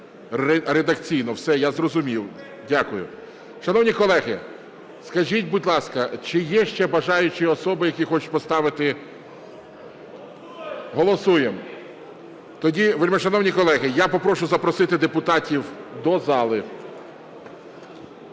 редакційно. Все, я зрозумів. Дякую. Шановні колеги, скажіть, будь ласка, чи є ще бажаючі особи, які хочуть поставити…? Голосуємо. Тоді, вельмишановні колеги, я попрошу запросити депутатів до зали.